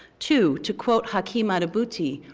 two, to quote haki madhubuti,